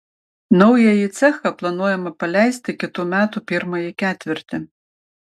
naująjį cechą planuojama paleisti kitų metų pirmąjį ketvirtį